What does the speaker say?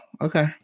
Okay